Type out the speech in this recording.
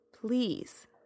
please